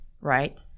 right